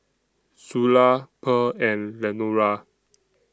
Zula Pearl and Lenora